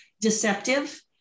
deceptive